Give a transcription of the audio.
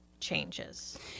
changes